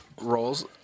roles